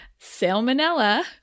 Salmonella